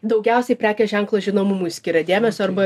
daugiausiai prekės ženklo žinomumui skiria dėmesio arba